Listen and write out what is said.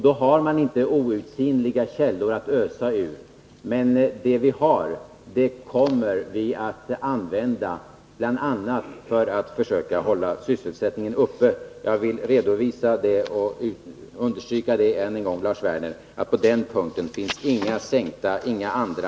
Vi har inte outsinliga källor att ösa ur, men vad vi har kommer vi att använda, bl.a. för att försöka hålla sysselsättningen uppe. Jag vill redovisa det och än en gång understryka, Lars Werner, att det på den punkten inte finns några sänkta ambitioner.